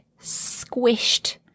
squished